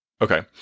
Okay